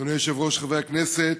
אדוני היושב-ראש, חברי הכנסת,